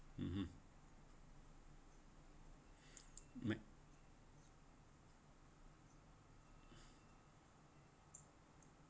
(uh huh)